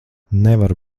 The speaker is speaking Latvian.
nevar